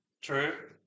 True